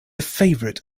favorite